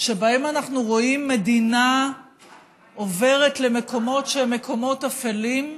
שבהם אנחנו רואים מדינה עוברת למקומות שהם מקומות אפלים,